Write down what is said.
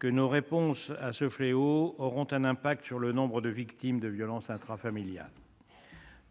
des réponses susceptibles de diminuer le nombre des victimes de violences intrafamiliales.